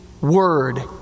word